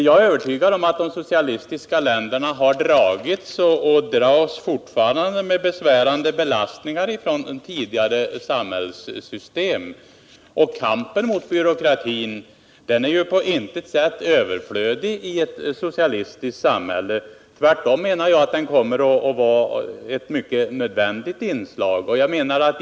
Jag är övertygad om att de socialistiska länderna har dragits och fortfarande dras med besvärande belastning från tidigare samhällssystem, och kampen mot byråkratin är på intet sätt överflödig i ett socialistiskt samhälle; tvärtom menar jag att den kommer att vara ett nödvändigt inslag.